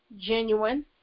genuine